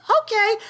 Okay